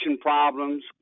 problems